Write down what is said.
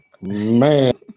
Man